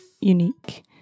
unique